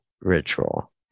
ritual